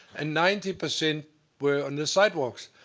and ninety percent were on the sidewalks.